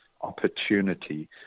opportunity